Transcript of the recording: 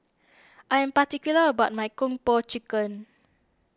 I am particular about my Kung Po Chicken